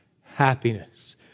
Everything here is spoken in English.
happiness